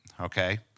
okay